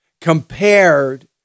compared